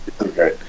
Okay